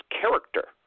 character